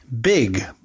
big